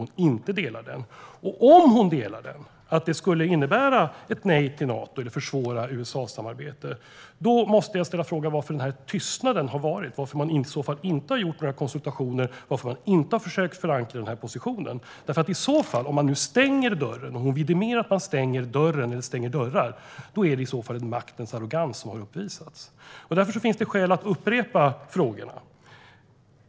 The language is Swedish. Om hon instämmer i att det skulle innebära ett nej till Nato eller försvåra USA-samarbetet måste jag fråga varför det har varit en sådan tystnad, varför man i så fall inte har gjort några konsultationer och inte har försökt förankra den positionen. Om man nu stänger dörren, om utrikesministern vidimerar att man stänger dörrar, är det i så fall en maktens arrogans som har uppvisats. Därför finns det skäl att upprepa frågorna.